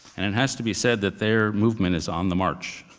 and it has to be said that their movement is on the march.